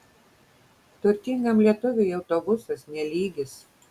turtingam lietuviui autobusas ne lygis